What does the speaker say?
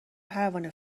پروانه